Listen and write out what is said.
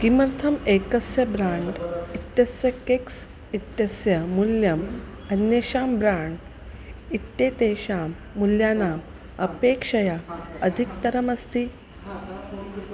किमर्थम् एकस्य ब्राण्ड् इत्यस्य केक्स् इत्यस्य मूल्यम् अन्येषां ब्राण्ड् इत्यतेषां मूल्यानाम् अपेक्षया अधिकतरमस्ति